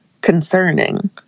concerning